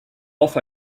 off